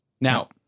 Now